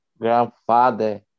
grandfather